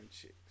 chicks